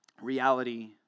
Reality